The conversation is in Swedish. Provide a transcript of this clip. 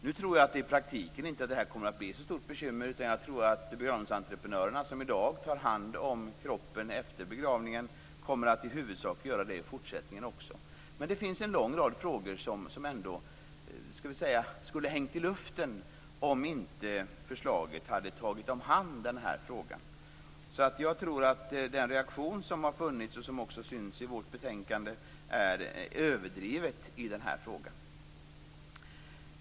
Nu tror jag inte att det i praktiken kommer att bli ett så stort bekymmer, utan jag tror att begravningsentreprenörerna, som i dag tar hand om kroppen efter begravningen, i huvudsak kommer att göra det även i fortsättningen. Men det finns en lång rad frågor som ändå skulle ha hängt i luften om inte förslaget hade omfattat denna fråga. Jag tror alltså att den reaktion som har funnits och som också syns i vårt betänkande är överdriven i denna fråga.